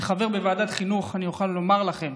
כחבר בוועדת חינוך אני אוכל לומר לכם